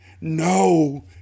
No